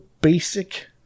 basic